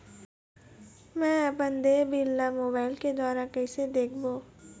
मैं अपन देय बिल ला मोबाइल के द्वारा कइसे देखबों?